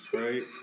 right